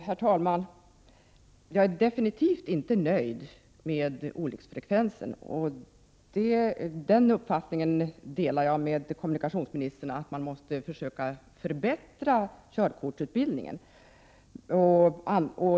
Herr talman! Jag är absolut inte nöjd med olycksfrekvensen. Jag delar kommunikationsministerns uppfattning att man måste försöka förbättra körkortsutbildningen.